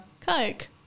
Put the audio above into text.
Coke